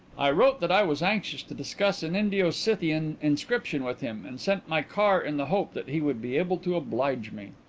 i wrote that i was anxious to discuss an indo-scythian inscription with him, and sent my car in the hope that he would be able to oblige me.